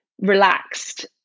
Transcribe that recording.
relaxed